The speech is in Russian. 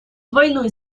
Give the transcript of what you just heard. двойной